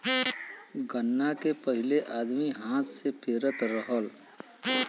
गन्ना के पहिले आदमी हाथ से पेरत रहल